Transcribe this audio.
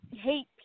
hate